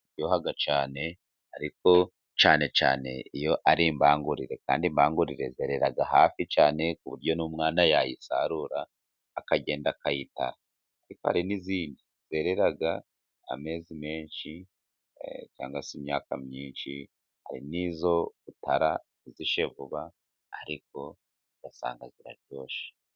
Ziraryoha cyane, ariko cyane cyane iyo ari imbangurire, kandi mbangurire zerera hafi cyane ku buryo n'umwana yayisarura, akagenda akayitara hari n' izindi zerera amezi menshi, cyangwa se imyaka myinshi n'izo utara ntizishye vuba ariko ugasanga ziryoje.